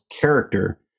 character